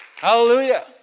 Hallelujah